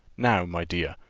now, my dear,